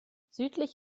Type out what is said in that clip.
südlich